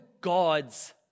God's